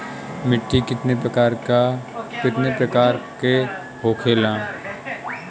मिट्टी कितना प्रकार के होखेला?